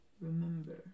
Remember